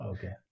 Okay